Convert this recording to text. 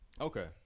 Okay